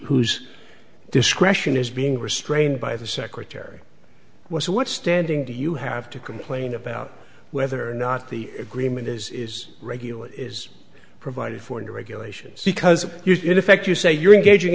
whose discretion is being restrained by the secretary was what standing do you have to complain about whether or not the agreement is regulated is provided for new regulations because in effect you say you're engaging